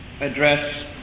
address